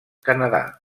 canadà